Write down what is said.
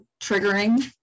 triggering